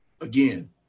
Again